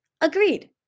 Agreed